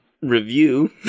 review